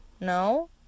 no